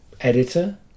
editor